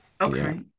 Okay